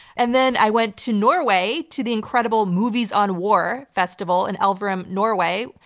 and then i went to norway to the incredible movies on war festival in elverum, norway,